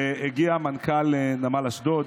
והגיע מנכ"ל נמל אשדוד